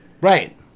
Right